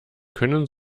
können